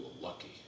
lucky